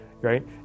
right